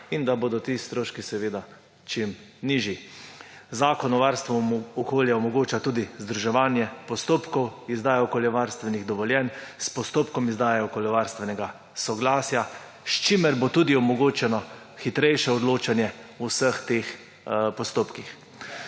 in da bodo ti stroški čim nižji. Zakon o varstvu okolja omogoča tudi združevanje postopkov izdaje okoljevarstvenih dovoljen s postopkom izdaje okoljevarstvenega soglasja, s čimer bo tudi omogočeno hitrejše odločanje o vseh teh postopkih.